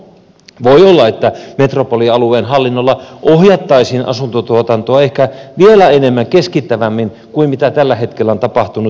voi olla että metropolialueen hallinnolla ohjattaisiin asuntotuotantoa ehkä vielä enemmän keskittävämmin kuin mitä tällä hetkellä on tapahtunut